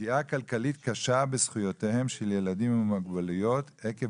פגיעה כלכלית קשה בזכויותיהם של ילדים עם מוגבלויות עקב